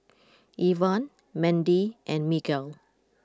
Evan Mendy and Miguel